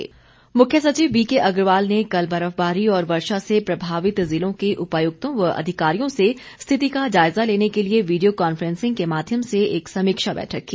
मुख्य सचिव मुख्य सचिव बी के अग्रवाल ने कल बर्फबारी और वर्षा से प्रभावित जिलों के उपायुक्तयों व अधिकारियों से स्थिति का जायजा लेने के लिए वीडियो कांफ्रेंसिंग के माध्यम से एक समीक्षा बैठक की